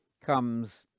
comes